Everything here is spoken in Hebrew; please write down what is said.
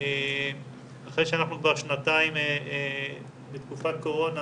אחרי שאנחנו כבר שנתיים בתקופת קורונה